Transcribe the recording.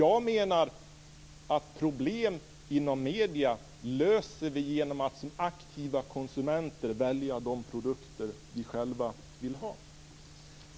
Jag menar att problem inom medierna löser vi genom att som aktiva konsumenter välja de produkter vi själva vill ha.